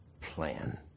plan